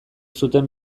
zuten